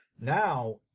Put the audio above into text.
Now